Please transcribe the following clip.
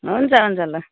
हुन्छ हुन्छ ल